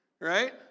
Right